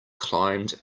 climbed